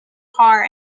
car